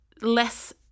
less